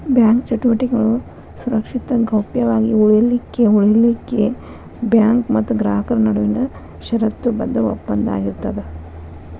bank ಚಟುವಟಿಕೆಗಳು ಸುರಕ್ಷಿತ ಗೌಪ್ಯ ವಾಗಿ ಉಳಿಲಿಖೆಉಳಿಲಿಕ್ಕೆ ಬ್ಯಾಂಕ್ ಮತ್ತ ಗ್ರಾಹಕರ ನಡುವಿನ ಷರತ್ತುಬದ್ಧ ಒಪ್ಪಂದ ಆಗಿರ್ತದ